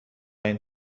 این